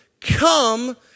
come